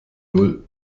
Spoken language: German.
null